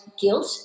guilt